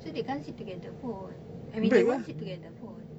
so they can't sit together pun I mean they won't sit together pun